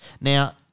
now